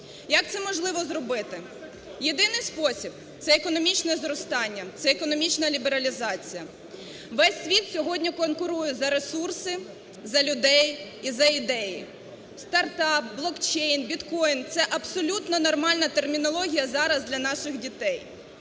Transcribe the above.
Як це можливо зробити? Єдиний спосіб – це економічне зростання, це економічна лібералізація. Весь світ сьогодні конкурує за ресурси, за людей і за ідеї. Стартап, блокчейн, біткоїн – це абсолютно нормальна термінологія зараз для наших дітей,